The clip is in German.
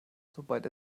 sobald